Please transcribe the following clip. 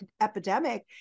epidemic